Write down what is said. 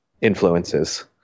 influences